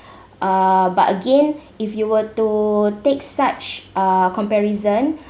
uh but again if you were to take such uh comparison